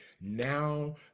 now